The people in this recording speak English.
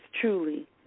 truly